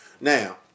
Now